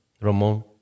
Ramon